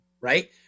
Right